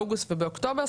באוגוסט ובאוקטובר,